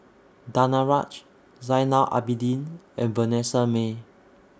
Danaraj Zainal Abidin and Vanessa Mae